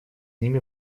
ними